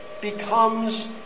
becomes